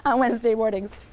ah wednesday mornings.